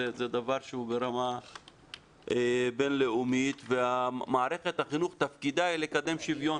זה משהו שהוא ברמה בינלאומית והתפקיד של מערכת החינוך הוא לקדם שוויון